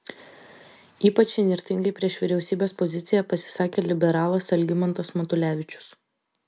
ypač įnirtingai prieš vyriausybės poziciją pasisakė liberalas algimantas matulevičius